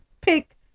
pick